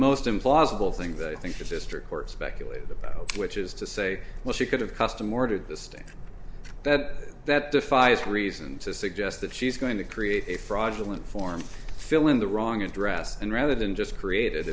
most implausible thing that i think your sister of course speculated about which is to say well she could have custom ordered this thing that that defies reason to suggest that she's going to create a fraudulent form fill in the wrong address and rather than just created